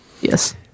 Yes